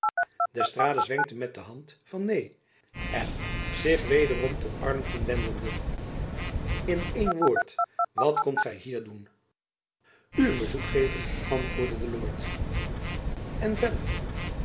roepe d'estrades wenkte met de hand van neen en zich wederom tot arlington wendende in één woord wat komt gy hier doen u een bezoek geven antwoordde de lord en verder